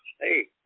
hey